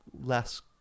less